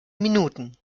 minuten